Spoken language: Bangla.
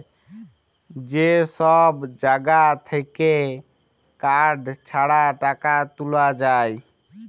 যে সব জাগা থাক্যে কার্ড ছাড়া টাকা তুলা যায়